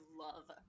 love